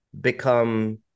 become